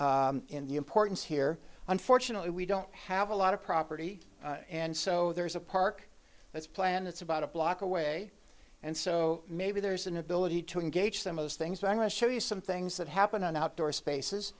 about the importance here unfortunately we don't have a lot of property and so there's a park that's planned it's about a block away and so maybe there's an ability to engage them of those things but i'm going to show you some things that happen on outdoor space